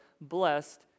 blessed